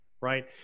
right